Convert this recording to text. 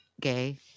gay